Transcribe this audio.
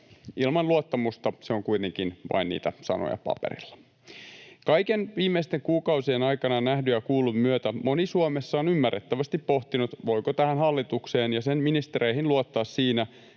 Ilman luottamusta se on kuitenkin vain niitä sanoja paperilla. Kaiken viimeisten kuukausien aikana nähdyn ja kuullun myötä moni Suomessa on ymmärrettävästi pohtinut, voiko tähän hallitukseen ja sen ministereihin luottaa siinä,